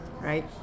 Right